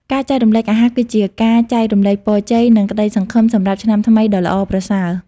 ការចែករំលែកអាហារគឺជាការចែករំលែកពរជ័យ និងក្ដីសង្ឃឹមសម្រាប់ឆ្នាំថ្មីដ៏ល្អប្រសើរ។